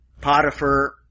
Potiphar